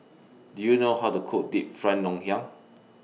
Do YOU know How to Cook Deep Fried Ngoh Hiang